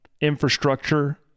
Infrastructure